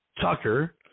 Tucker